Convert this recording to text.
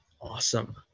Awesome